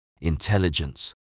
intelligence